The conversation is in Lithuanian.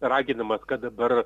raginimas kad dabar